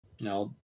now